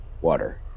Water